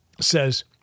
says